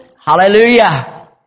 Hallelujah